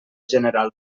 general